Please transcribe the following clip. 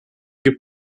gibt